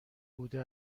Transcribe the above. بوده